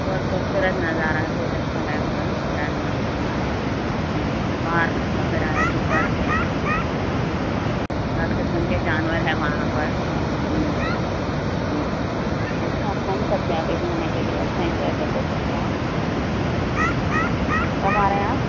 بہت خوبصورت نظارہ ہے بہت اچھا ہے اُدھر ٹائم بونڈ کے پاس پارکس وغیرہ ہے جھو پرک ہے ہر قسم کے جانور ہیں وہاں پر اچھا گھوم سکتے ہیں آپ ایک مہینہ کے لئے آپ اچھا انجوائے لے سکتے ہیں آپ کب آ رہے ہیں آپ